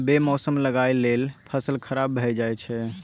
बे मौसम लगाएल गेल फसल खराब भए जाई छै